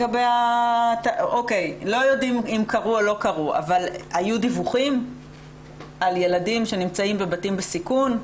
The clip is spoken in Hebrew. האם היו דיווחים על ילדים שנמצאים בבתים בסיכון?